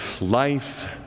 life